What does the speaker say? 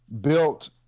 built